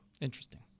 Interesting